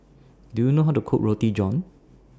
Do YOU know How to Cook Roti John